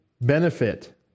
Benefit